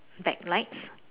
backlights